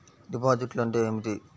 డిపాజిట్లు అంటే ఏమిటి?